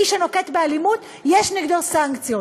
ומי שנוקט אלימות יש נגדו סנקציות.